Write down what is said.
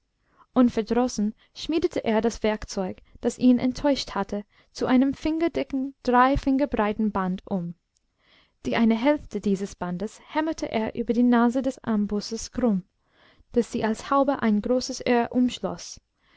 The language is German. verminderte unverdrossen schmiedete er das werkzeug das ihn enttäuscht hatte zu einem fingerdicken drei finger breiten band um die eine hälfte dieses bandes hämmerte er über die nase des ambosses krumm daß sie als haube ein großes